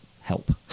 help